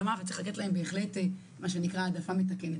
מה וצריך לתת להם בהחלט מה שנקרא העדפה מתקנת,